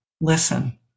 listen